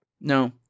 No